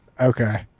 Okay